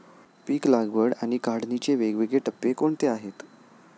पीक लागवड आणि काढणीचे वेगवेगळे टप्पे कोणते आहेत?